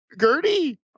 Gertie